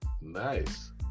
nice